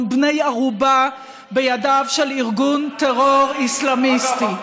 בני ערובה בידיו של ארגון טרור אסלאמיסטי.